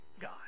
God